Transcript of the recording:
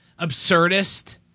absurdist